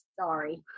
sorry